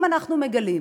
אם אנחנו מגלים